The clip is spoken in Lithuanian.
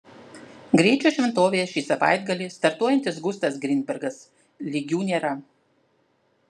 greičio šventovėje ši savaitgalį startuojantis gustas grinbergas lygių nėra